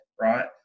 right